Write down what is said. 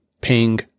ping